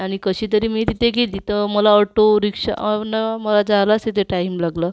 आणि कशीतरी मी तिथे गेली तर मला ऑटो रिक्षा न मला जायलाच तेथे टाइम लागला